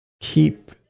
keep